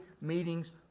meetings